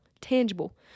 tangible